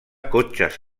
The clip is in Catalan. cotxes